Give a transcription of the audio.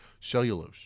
cellulose